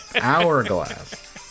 Hourglass